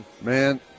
Man